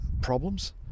problems